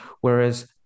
Whereas